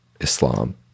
Islam